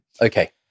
Okay